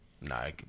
Nah